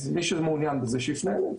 מי שמעוניין בזה, שיפנה אליי.